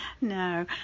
No